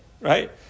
Right